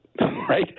right